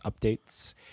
updates